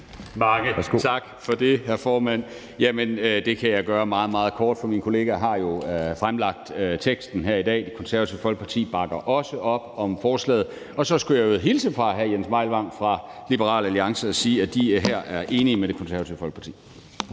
tak for det, hr. formand. Jamen det kan jeg gøre meget, meget kort, for min kollega har jo fremlagt teksten her i dag. Det Konservative Folkeparti bakker også op om forslaget. Og så skulle jeg i øvrigt hilse fra hr. Jens Meilvang fra Liberal Alliance og sige, at de er enige med Det Konservative Folkeparti.